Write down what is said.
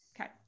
Okay